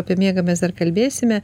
apie miegą mes dar kalbėsime